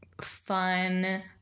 fun